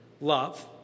love